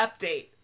update